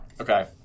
Okay